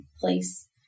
place